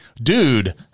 Dude